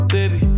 Baby